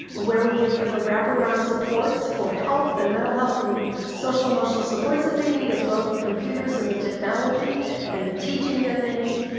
where we give them the wraparound supports for health and mental health and social, emotional supports that they need as well as the computers and the technology and the teaching that they need.